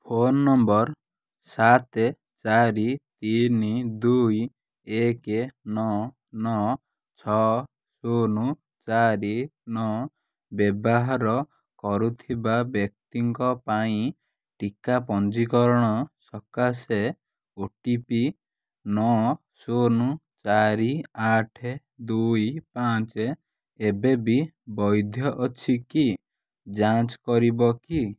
phone ନମ୍ବର ସାତ ଚାରି ତିନି ଦୁଇ ଏକ ନଅ ନଅ ଛଅ ଶୂନ ଚାରି ନଅ ବ୍ୟବହାର କରୁଥିବା ବ୍ୟକ୍ତିଙ୍କ ପାଇଁ ଟୀକା ପଞ୍ଜୀକରଣ ସକାଶେ ଓ ଟି ପି ନଅ ଶୂନ ଚାରି ଆଠ ଦୁଇ ପାଞ୍ଚ ଏବେ ବି ବୈଧ ଅଛି କି ଯାଞ୍ଚ କରିବ କି